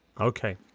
Okay